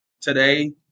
today